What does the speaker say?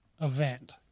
event